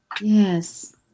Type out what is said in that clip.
Yes